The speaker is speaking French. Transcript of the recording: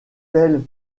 tel